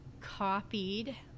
copied